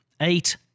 eight